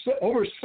Over